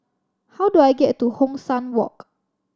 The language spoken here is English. how do I get to Hong San Walk